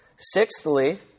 Sixthly